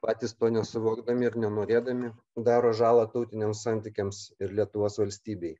patys to nesuvokdami ir nenorėdami daro žalą tautiniams santykiams ir lietuvos valstybei